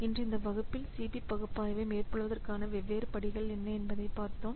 இன்று இந்த வகுப்பில் சிபி பகுப்பாய்வை மேற்கொள்வதற்கான வெவ்வேறு படிகள் என்ன என்பதை பார்த்தோம்